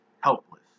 helpless